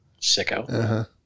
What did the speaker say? sicko